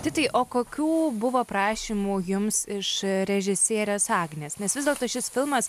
titai o kokių buvo prašymų jums iš režisierės agnės nes vis dėlto šis filmas